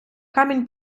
камінь